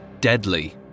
deadly